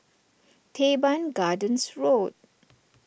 Teban Gardens Road